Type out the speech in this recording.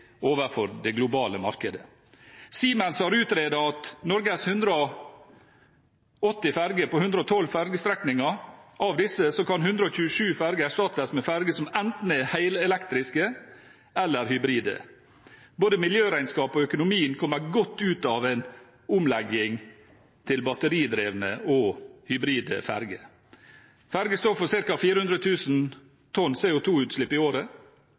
overfor det globale markedet. Siemens har utredet at av Norges 180 ferger på 112 fergestrekninger kan 127 ferger erstattes med ferger som enten er helelektriske eller hybride. Både miljøregnskapet og økonomien kommer godt ut av en omlegging til batteridrevne og hybride ferger. Ferger står for ca. 400 000 tonn CO2-utslipp i året,